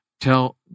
Tell